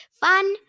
Fun